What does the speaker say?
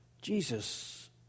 Jesus